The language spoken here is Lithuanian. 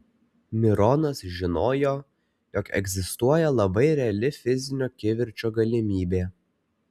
mironas žinojo jog egzistuoja labai reali fizinio kivirčo galimybė